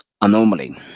Anomaly